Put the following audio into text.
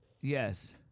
Yes